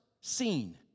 seen